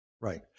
Right